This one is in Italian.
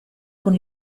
con